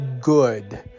good